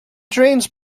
drains